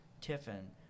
Tiffin